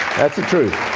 that's the truth.